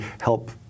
help